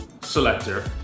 selector